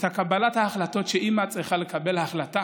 את קבלת ההחלטות, שאימא צריכה לקבל החלטה